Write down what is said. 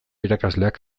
irakasleak